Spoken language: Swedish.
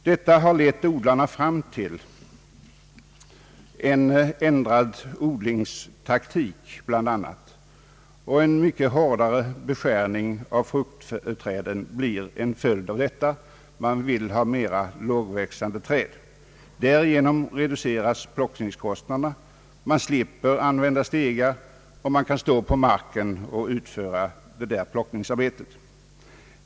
Detta har bl.a. lett odlarna fram till en ändrad odlingssteknik och mycket hårdare beskärning av fruktträden blir en följd därav. Man vill ha mera lågväxande träd. Därigenom reduceras plockningskostnaderna. Man slipper använda stegar, och man kan stå på marken och utföra plockningen.